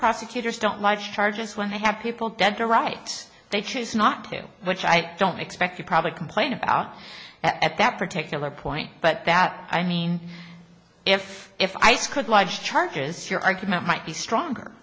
prosecutors don't my charges when they have people dead to rights they choose not to which i don't expect you probably complain about at that particular point but that i mean if if ice could live charges your argument might be stronger